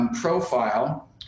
profile